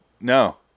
No